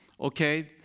Okay